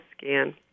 scan